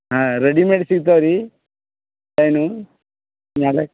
ಹಾಂ ರೆಡಿಮೇಡ್ ಸಿಗ್ತಾವೆ ರೀ ಚೈನು ಮೇಲೆ